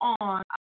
on